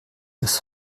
das